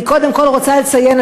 אני קודם כול רוצה לציין,